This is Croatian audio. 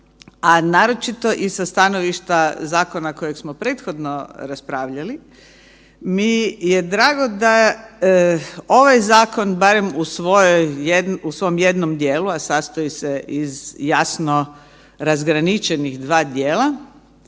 a naročito i sa stanovišta zakona kojeg smo prethodno raspravljali mi je drago da ovaj zakon barem u svom jednom dijelu, a sastoji se jasno razgraničenih dva dijela